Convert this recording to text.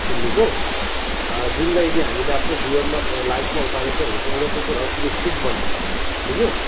सुन्दैछौ जिमलाई यदि हामीले आफ्नो जीवनमा लाइफमा उतारेको छौँ भने चाहिँ एउटा के कुरा हो तिमी फिट बन्नसक्छौ बुझ्यौ